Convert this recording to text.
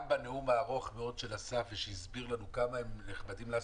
גם בנאום הארוך מאוד של אסף וסרצוג שהסביר לנו כמה הם נחמדים לעסקים.